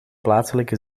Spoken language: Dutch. plaatselijke